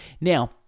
Now